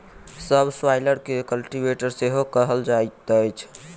सब स्वाइलर के कल्टीवेटर सेहो कहल जाइत अछि